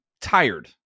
tired